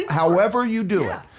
however you do it.